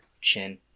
chin